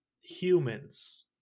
humans